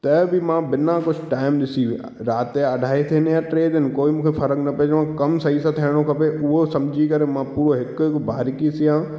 त बि मां बिना कुझु टाइम ॾिसी राति जा अढाई थियनि या टे थियनि कोई मूंखे फ़र्क़ु न पवंदो आहे कमु सही सां थियणो खपे उहा सम्झी करे मां पोइ हिकु हिकु बारीकी सां